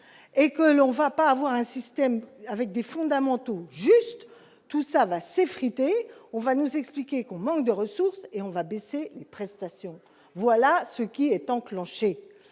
et que l'on va pas avoir un système avec des fondamentaux juste tout ça va s'effriter, on va nous expliquer qu'on manque de ressources et on va baisser les prestations, voilà ce qui est enclenché,